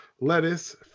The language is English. Lettuce